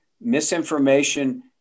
misinformation